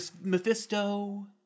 Mephisto